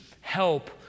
help